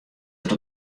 dat